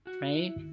right